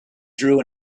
drew